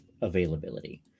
availability